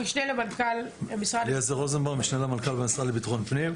המשנה למנכ"ל המשרד לביטחון פנים.